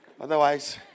Otherwise